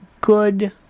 good